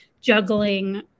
juggling